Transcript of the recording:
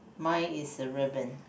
mine is a ribbon